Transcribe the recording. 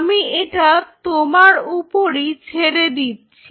আমি এটা তোমার উপরই ছেড়ে দিচ্ছি